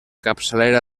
capçalera